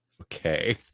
okay